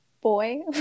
boy